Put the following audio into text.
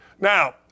Now